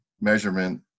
measurement